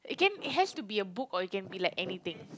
it can it has to be a book or it can be like anything